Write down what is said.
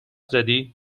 زدی